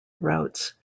routes